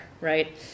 right